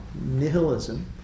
nihilism